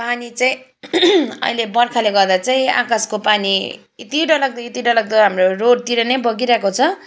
पानी चाहिँ अहिले बर्खाले गर्दा चाहिँ आकाशको पानी यति डरलाग्दो यति डरलाग्दो हाम्रो रोडतिर नै बगिरहेको छ